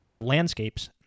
landscapes